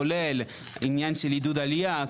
כולל עניין של עידוד עליה,